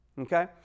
Okay